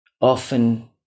often